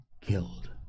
killed